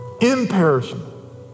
imperishable